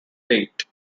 date